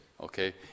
okay